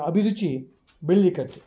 ಅಭಿರುಚಿ ಬೆಳಿಲಿಕತ್ತು